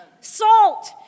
salt